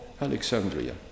Alexandria